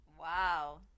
Wow